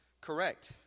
correct